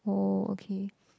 oh okay